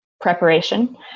preparation